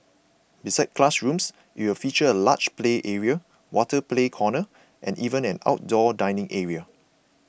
besides classrooms it will feature a large play area water play corner and even an outdoor dining area